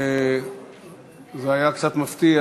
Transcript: זה היה קצת מפתיע,